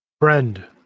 Friend